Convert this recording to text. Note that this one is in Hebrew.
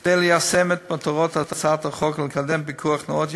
כדי להשיג את מטרת הצעת החוק ולקדם פיקוח נאות,